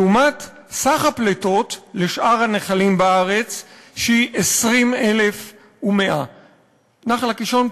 לעומת סך הפליטות לשאר הנחלים בארץ שהוא 20,100. נחל קישון,